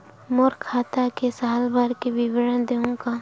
मोर खाता के साल भर के विवरण देहू का?